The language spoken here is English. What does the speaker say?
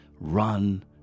run